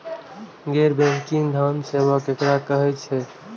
गैर बैंकिंग धान सेवा केकरा कहे छे?